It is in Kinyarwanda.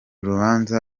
rubanza